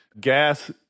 gas